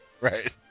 Right